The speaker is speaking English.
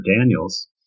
Daniels